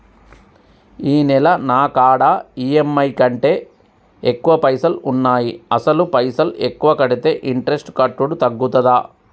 ఈ నెల నా కాడా ఈ.ఎమ్.ఐ కంటే ఎక్కువ పైసల్ ఉన్నాయి అసలు పైసల్ ఎక్కువ కడితే ఇంట్రెస్ట్ కట్టుడు తగ్గుతదా?